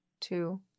Two